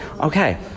Okay